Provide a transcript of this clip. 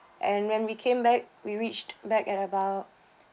and when we came back we reached back at about